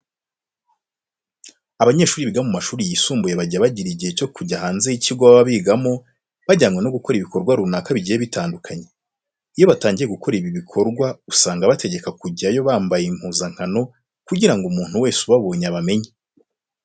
Abanyeshuri biga mu mashuri yisumbuye bajya bagira igihe cyo kujya hanze y'ikigo baba bigamo bajyanwe no gukora ibikorwa runaka bigiye bitandukanye. Iyo batangiye gukora ibi bikorwa usanga bategekwa kubijyamo bambaye impuzankano kugira ngo umuntu wese ubabonye abamenye.